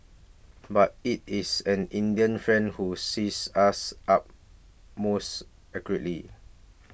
but it is an Indian friend who seize us up most accurately